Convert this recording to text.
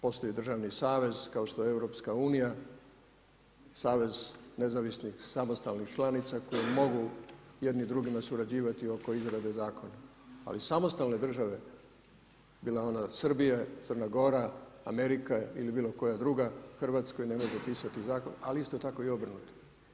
Postoji državni savez kao što je EU, savez nezavisnih samostalnih članica koje mogu jedni drugima surađivati oko izradi zakona, ali samostalne države bila ona Srbija, Crna Gora, Amerika ili bilo koja druga Hrvatskoj ne može pisati zakon, ali isto tako i obrnuto.